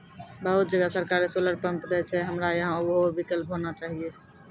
बहुत जगह सरकारे सोलर पम्प देय छैय, हमरा यहाँ उहो विकल्प होना चाहिए?